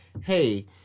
hey